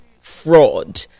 fraud